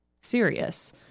serious